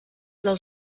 del